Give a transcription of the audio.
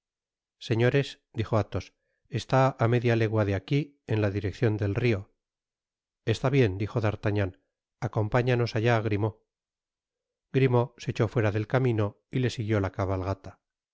señores dijo athos está á media legua de aqui en la direccion del rio está bien dijo d'artagnan acompáñanos allá grimaud grimaud se echó fuera del camino y le siguió la cabalgata a